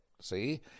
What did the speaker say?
See